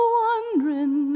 wondering